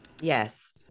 yes